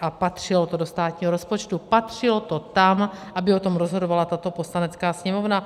A patřilo to do státního rozpočtu, patřilo to tam, aby o tom rozhodovala tato Poslanecká sněmovna.